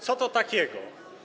Co to takiego?